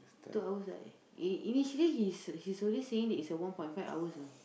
two hours like he initially he's he's only saying that it's a one point five hours you know